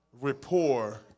rapport